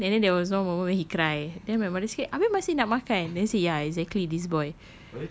pain and then there was one moment he cry then my mother said abeh masih nak makan then I say ya exactly this boy